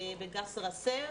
בגסר א-סיר,